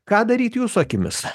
ką daryti jūsų akimis